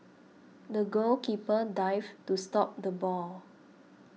the goalkeeper dived to stop the ball